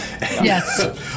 Yes